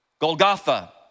Golgotha